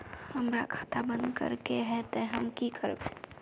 हमर खाता बंद करे के है ते हम की करबे?